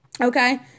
Okay